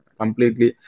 completely